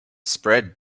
spread